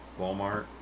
Walmart